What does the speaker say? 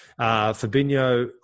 Fabinho